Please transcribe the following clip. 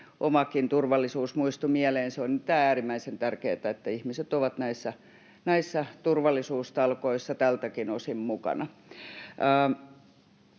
omakin turvallisuus muistui mieleen. On nimittäin äärimmäisen tärkeätä, että ihmiset ovat näissä turvallisuustalkoissa tältäkin osin mukana.